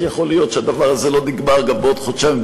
יכול להיות שהדבר הזה לא נגמר גם בעוד חודשיים,